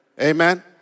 Amen